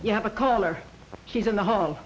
you have a caller he's in the home